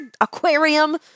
aquarium